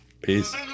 Peace